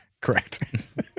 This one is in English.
correct